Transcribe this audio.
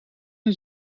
een